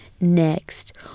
next